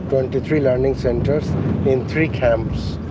but and three learning centres in three camps.